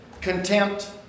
contempt